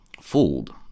fooled